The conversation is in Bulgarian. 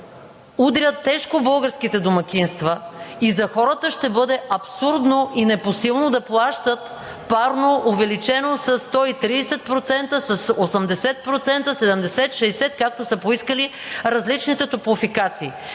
удря тежко българските домакинства, и за хората ще бъде абсурдно и непосилно да плащат парно, увеличено със 130%, с 80%, 70%, 60%, както са поискали различните топлофикации.